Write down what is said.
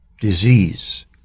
disease